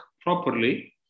properly